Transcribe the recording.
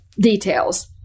details